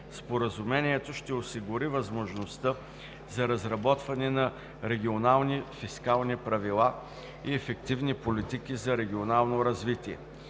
Споразумението ще осигури възможността за разработване на регионални фискални правила и ефективни политики за регионално развитие.